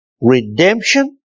redemption